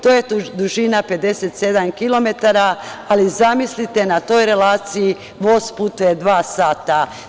To je dužina 57km, ali zamislite na toj relaciji voz putuje dva sata.